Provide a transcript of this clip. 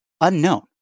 unknown